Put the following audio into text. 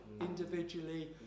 individually